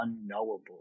unknowable